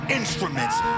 instruments